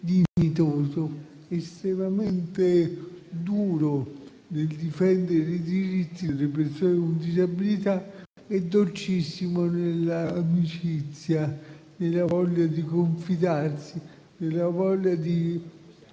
dignitoso, estremamente duro nel difendere i diritti delle persone con disabilità, e dolcissimo nell'amicizia, la voglia di confidarsi e farsi